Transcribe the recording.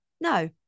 no